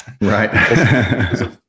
right